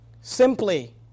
simply